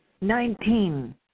Nineteen